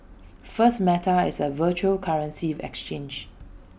first meta is A virtual currency exchange